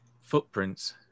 footprints